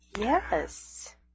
Yes